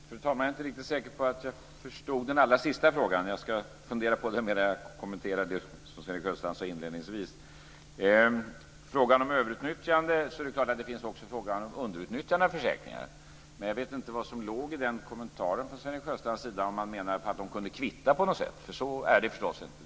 Fru talman! Jag är inte riktigt säker på att jag förstod den sista frågan. Jag ska fundera på den medan jag kommenterar det som Sven-Erik Sjöstrand sade inledningsvis. Det var fråga om överutnyttjande. Det är klart att det också finns underutnyttjande av försäkringar. Jag vet inte vad som låg i den kommentaren från Sven Erik Sjöstrand, om han menade att de kunde kvittas på något sätt. Så är det förstås inte.